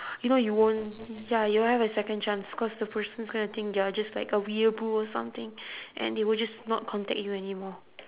you know you won't ya you won't have a second chance cause the person is gonna think you're just like a weeaboo or something and he will just not contact you anymore